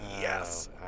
yes